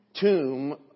tomb